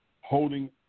holding